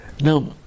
Now